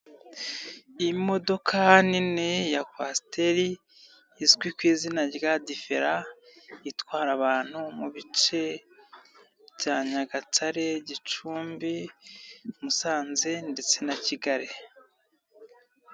Imodoka nini ya kwasiteri, izwi ku izina rya difera, itwara abantu mu bice bya Nyagatare, Gicumbi, Musanze ndetse na Kigali.